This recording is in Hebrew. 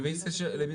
למי זה כפוף?